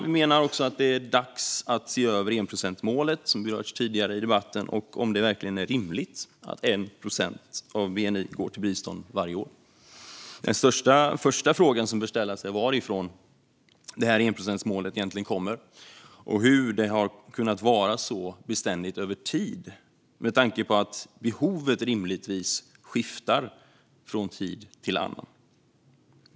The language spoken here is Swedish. Vi menar också att det är dags att se över enprocentsmålet, som har berörts tidigare i debatten, och utreda om det verkligen är rimligt att 1 procent av bni går till bistånd varje år. Den första frågan som bör ställas är varifrån detta enprocentsmål egentligen kommer och hur det har kunnat vara så beständigt över tid med tanke på att behovet rimligtvis skiftar från tid till annan.